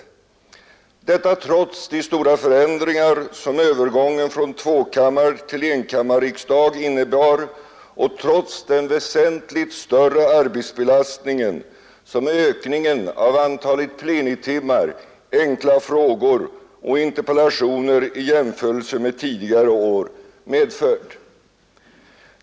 Detta trots de stora förändringar som övergången från tvåkammartill enkammarriksdag innebar och trots den väsentligt större arbetsbelastning som ökningen av antalet plenitimmar, enkla frågor och interpellationer i jämförelse med tidigare år medfört.